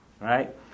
right